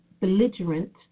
belligerent